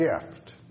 gift